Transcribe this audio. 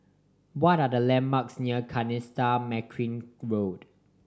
what are the landmarks near Kanisha Marican Road